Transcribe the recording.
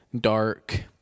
dark